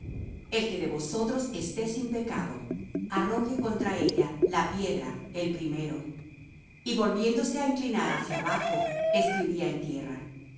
el que de vosotros esté sin pecado arroje contra ella la piedra el primero y volviéndose á inclinar hacia abajo escribía en tierra